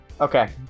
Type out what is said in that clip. Okay